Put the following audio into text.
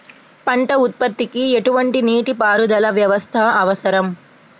పంట ఉత్పత్తికి ఎటువంటి నీటిపారుదల వ్యవస్థ అవసరం?